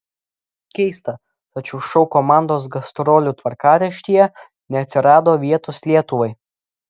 keista tačiau šou komandos gastrolių tvarkaraštyje neatsirado vietos lietuvai